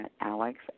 alex